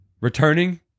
Returning